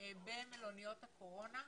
במלוניות הקורונה.